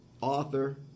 author